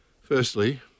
Firstly